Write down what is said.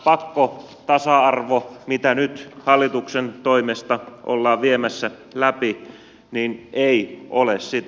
tämä pakkotasa arvo mitä nyt hallituksen toimesta ollaan viemässä läpi ei ole sitä